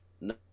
no